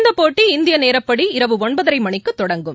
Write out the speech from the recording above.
இந்தப் போட்டி இந்தியநேரப்படி இரவு ஒன்பதரைமணிக்குதொடங்கும்